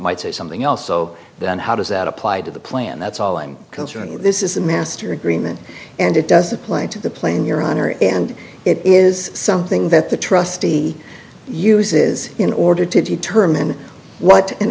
might say something else so then how does that apply to the plan that's all i'm concerned with this is a master agreement and it doesn't play into the plane your honor and it is something that the trustee uses in order to determine what an